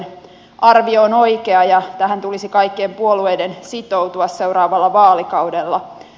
arvio on oikea ja tähän tulisi kaikkien puolueiden sitoutua seuraavalla vaalikaudella